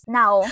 now